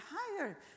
higher